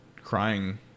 crying